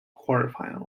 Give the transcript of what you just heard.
quarterfinal